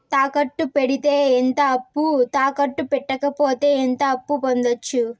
తాకట్టు పెడితే ఎంత అప్పు, తాకట్టు పెట్టకపోతే ఎంత అప్పు పొందొచ్చు?